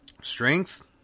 strength